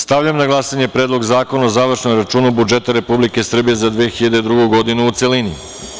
Stavljam na glasanje Predlog zakona o završnom računu budžeta Republike Srbije za 2002. godinu, u celini.